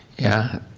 yeah,